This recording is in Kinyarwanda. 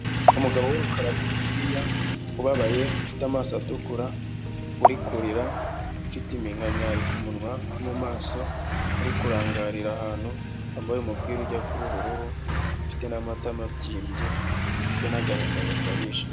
Umugabo w’ urukara, mugufiya, ubabaye ufite amaso atukura, uri kurira, ufite iminkanyari ku munywa no mu maso, uri kurangarira ahantu, wambaye umupira ujya kuba ubururu, ufite namatama abyibye , ufite nagahinda gakabije.